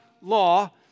law